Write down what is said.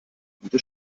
gute